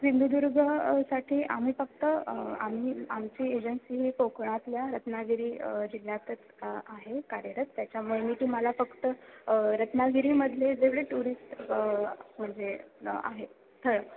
सिंधुदुर्ग साठी आम्ही फक्त आम्ही आमची एजन्सी कोकणातल्या रत्नागिरी जिल्ह्यातच आहे कार्यरत त्याच्यामुळे तुम्हाला फक्त रत्नागिरीमधले जेवढे टुरिस्ट म्हणजे आहे स्थळं